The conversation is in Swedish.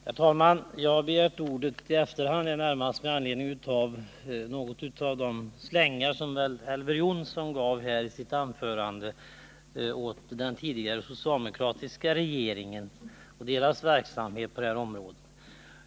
Herr talman! Jag har begärt ordet i efterhand, närmast med anledning av de slängar som Elver Jonsson gav i sitt anförande åt den tidigare socialdemokratiska regeringen och dess verksamhet på det här området.